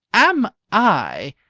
am i!